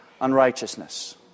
unrighteousness